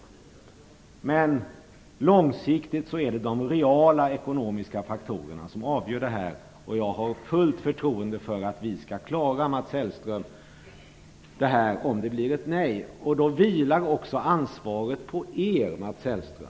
Men långsiktigt är det de reala ekonomiska faktorerna som avgör det här. Jag har fullt förtroende, Mats Hellström, för att vi skall klara av det här om det blir ett nej. Då vilar också ansvaret på er, Mats Hellström!